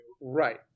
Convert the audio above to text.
Right